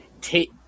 take